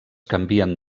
canvien